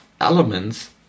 elements